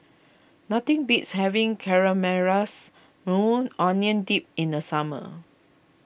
nothing beats having Caramelized Maui Onion Dip in the summer